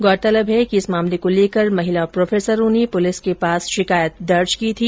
उल्लेखनीय है कि इस मामले को लेकर महिला प्रोफेसरों ने पुलिस के पास शिकायत दर्ज की थी